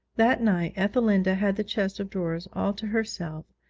that night ethelinda had the chest of drawers all to herself,